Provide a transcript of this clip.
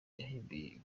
yahimbiye